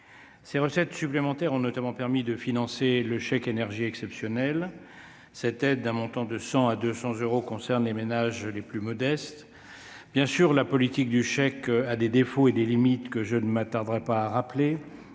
Ces recettes supplémentaires ont notamment permis de financer le chèque énergie exceptionnel. Cette aide, d'un montant de 100 à 200 euros, concerne les ménages les plus modestes. Bien sûr, la politique du chèque a des défauts et des limites que je ne m'attarderai pas à rappeler-